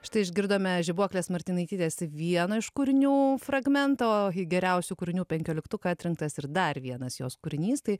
štai išgirdome žibuoklės martinaitytės vieno iš kūrinių fragmentą o geriausių kūrinių penkioliktuką atrinktas ir dar vienas jos kūrinys tai